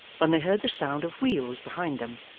when they heard the sound of wheels behind them,